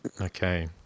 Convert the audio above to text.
Okay